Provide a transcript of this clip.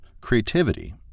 creativity